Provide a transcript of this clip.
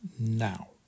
now